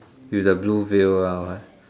with the blue veil lah